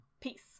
Peace